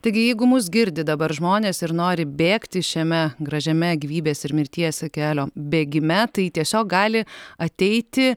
taigi jeigu mus girdi dabar žmonės ir nori bėgti šiame gražiame gyvybės ir mirties kelio bėgime tai tiesiog gali ateiti